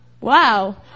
Wow